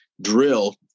drill